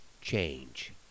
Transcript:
change